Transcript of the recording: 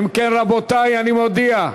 אם כן, רבותי, אני מודיע,